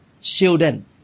children